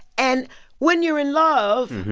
and when you're in love,